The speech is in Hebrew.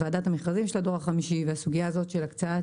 ועדת המכרזים של הדור ה-5 והסוגייה הזאת של הקצאת